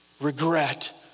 regret